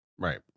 Right